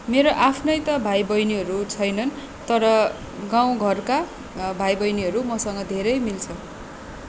मेरो आफ्नै त भाइबहिनीहरू छैनन् तर गाउँ घरका भाइ बहिनीहरू मसँग धेरै मिल्छ